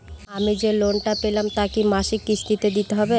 আমি যে লোন টা পেলাম তা কি মাসিক কিস্তি তে দিতে হবে?